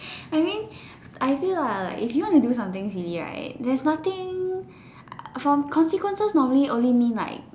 I mean I feel like like if you want to do some things really right there's nothing I for consequences normally only mean like